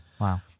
Wow